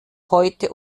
heute